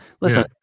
Listen